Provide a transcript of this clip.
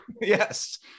Yes